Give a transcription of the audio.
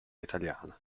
italiana